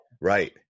right